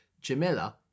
Jamila